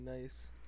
nice